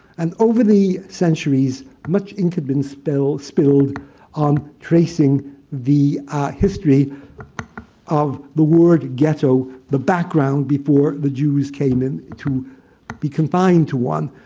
and over the centuries, much ink had been spilled spilled um tracing the history of the word ghetto, the background before the jews came in to be confined to one.